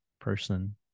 person